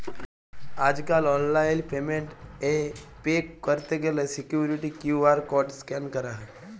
আজ কাল online payment এ পে ক্যরত গ্যালে সিকুইরিটি কিউ.আর কড স্ক্যান ক্যরা হ্য়